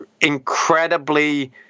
incredibly